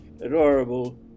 adorable